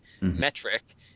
metric